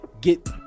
Get